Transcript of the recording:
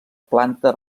planta